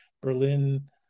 Berlin